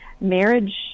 marriage